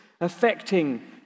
Affecting